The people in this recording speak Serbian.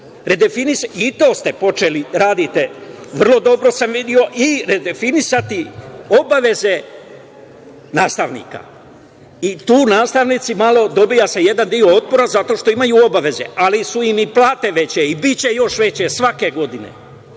I to ste počeli, radite vrlo dobro, video sam. I redefinisati obaveze nastavnika. Tu se dobija jedan deo otpora, zato što imaju obaveze, ali su im i plate veće i biće još veće svake godine,